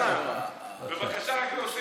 להוסיף, זו פעם שנייה שהוא דואג לי ולזמן שלי.